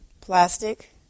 Plastic